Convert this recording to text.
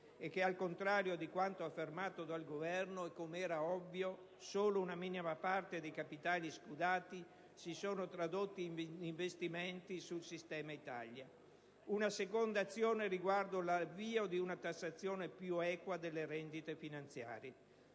e che, al contrario di quanto affermato dal Governo e come era ovvio, solo una minima parte dei capitali scudati si sono tradotti in investimenti sul sistema Italia. Una seconda azione riguarda l'avvio di una tassazione più equa delle rendite finanziarie.